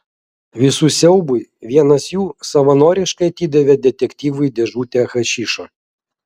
visų siaubui vienas jų savanoriškai atidavė detektyvui dėžutę hašišo